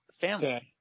family